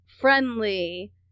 friendly